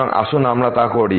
সুতরাং আসুন আমরা তা করি